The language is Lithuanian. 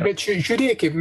bet čia žiūrėkim